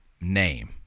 name